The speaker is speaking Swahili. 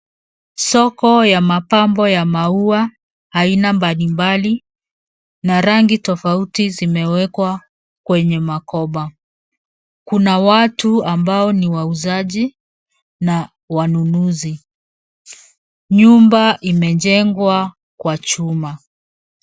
Soko ya mapambo ya maua aina mbalimbali na rangi tofauti zimewekwa kwenye makoba. Kuna watu ambao ni wauzaji na wanunuzi. Nyumba imejengwa kwa chuma.